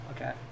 Okay